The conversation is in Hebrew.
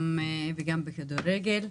גם בכדורגל.